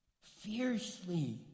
fiercely